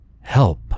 Help